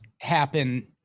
happen